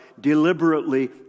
deliberately